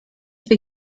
wir